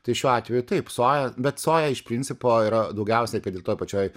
tai šiuo atveju taip soja bet soja iš principo yra daugiausiai kad ir toj pačioj